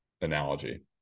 analogy